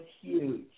huge